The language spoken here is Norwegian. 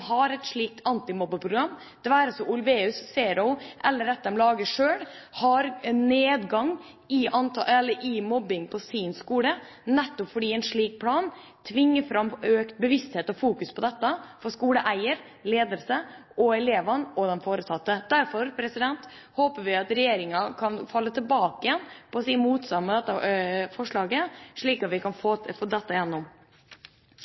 har et slikt antimobbeprogram, det være seg Olweus, Zero eller et de lager selv, har nedgang i mobbing på sin skole nettopp fordi en slik plan tvinger fram økt bevissthet om og fokus på dette hos skoleeier, ledelse, elever og foresatte. Derfor håper vi regjeringa kan gå bort fra sin motstand mot dette forslaget, slik at vi kan